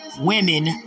women